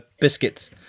Biscuits